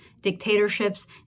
dictatorships